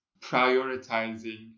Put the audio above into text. prioritizing